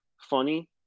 funny